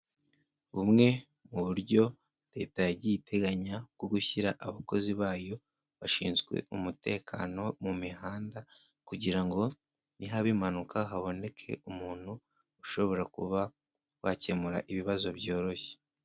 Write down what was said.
Bumwe mu buryo leta yagiye iteganya bwo gushyira abakozi bayo bashinzwe umutekano mu mihanda kugira ngo nihaba impanuka haboneke umuntu ushobora kuba wakemura ibibazo byoroshye.